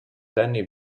danny